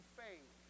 faith